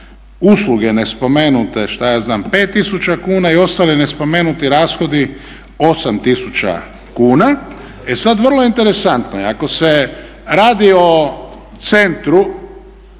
usluge nespomenute šta ja znam 5 tisuća kuna i ostali nespomenuti rashodi 8 tisuća kuna. E sada vrlo interesantno je ako se radi o centru